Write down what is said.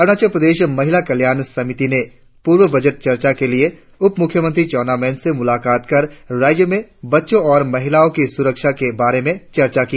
अरुणाचल प्रदेश महिला कल्याण समिति ने पूर्व बजट चर्चा के लिए उपमुख्यमंत्री चौन्ना मीन से मुलाकात कर राज्य में बच्चों और महिलाओं की सुरक्षा के बारे में चर्चा की